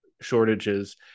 shortages